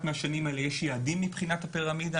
מהשנים האלה יש יעדים מבחינת הפירמידה,